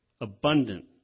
abundant